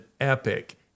epic